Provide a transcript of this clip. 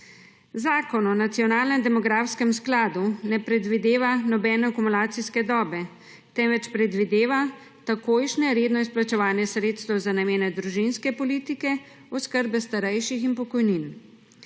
Zakon o nacionalnem demografskem skladu ne predvideva nobene akumulacijske dobe, temveč predvideva takojšnje redno izplačevanje sredstev za namene družinske politike, oskrbe starejših in pokojnin.